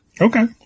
Okay